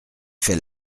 fait